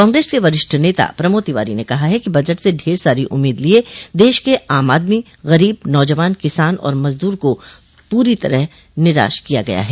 कांग्रेस के वरिष्ठ नेता प्रमोद तिवारी ने कहा है कि बजट से ढेर सारी उम्मीद लिये देश के आम आदमी गरीब नौजवान किसान और मजदूर को पूरी तरह निराश किया है